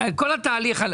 כל התהליך.